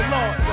Lord